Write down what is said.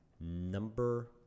Number